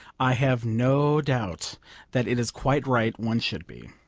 i have no doubt that it is quite right one should be.